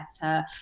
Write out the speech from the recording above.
better